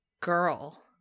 girl